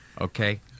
Okay